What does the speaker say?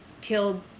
killed